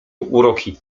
uroki